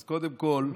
אז קודם כול,